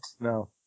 No